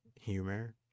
humor